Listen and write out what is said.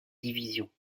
division